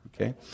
Okay